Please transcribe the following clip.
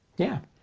yeah.